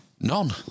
None